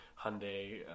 Hyundai